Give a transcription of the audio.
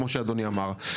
כמו שאדוני אמר.